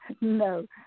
no